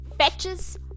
fetches